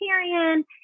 vegetarian